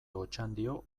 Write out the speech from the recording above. otxandio